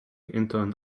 into